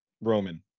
Roman